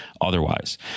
otherwise